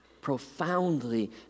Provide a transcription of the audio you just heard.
profoundly